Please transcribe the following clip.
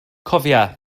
cofia